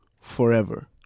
forever